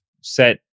set